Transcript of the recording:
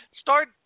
start